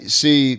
see